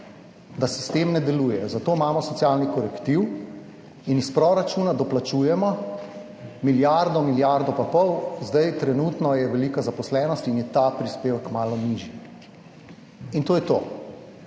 da sistem ne deluje, za to imamo socialni korektiv in iz proračuna doplačujemo milijardo, milijardo pa pol. Zdaj trenutno je velika zaposlenost in je ta prispevek malo nižji. In to je to.